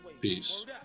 Peace